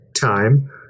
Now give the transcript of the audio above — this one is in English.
time